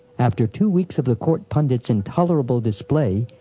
after two weeks of the court pundit's intolerable display,